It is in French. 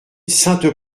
sainte